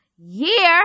year